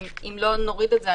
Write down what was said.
אם לא נוריד את זה,